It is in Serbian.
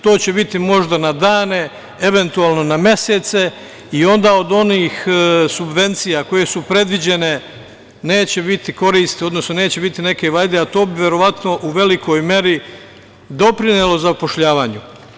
To će biti možda na dane, eventualno na mesece i onda od onih subvencija koje su predviđene neće biti koristi, odnosno neće biti neke vajde, a to bi verovatno u velikoj meri doprinelo zapošljavanju.